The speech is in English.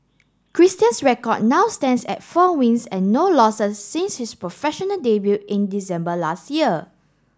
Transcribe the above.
Christian's record now stands at four wins and no losses since his professional debut in December last year